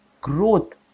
growth